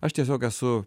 aš tiesiog esu